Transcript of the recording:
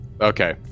Okay